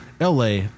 LA